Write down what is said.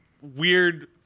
weird